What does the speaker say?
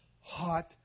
hot